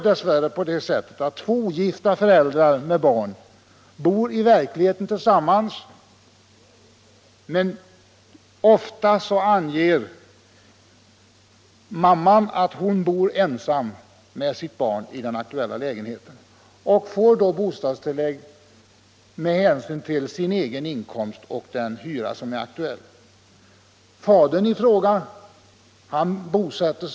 Två ogifta föräldrar bor i verkligheten tillsammans, men ofta anger mamman att hon bor ensam med sitt barn i den aktuella lägenheten och får då bostadstillägg med hänsyn till sin egen inkomst och till den hyra det gäller.